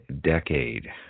decade